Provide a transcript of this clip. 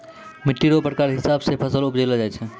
मिट्टी रो प्रकार हिसाब से फसल उपजैलो जाय छै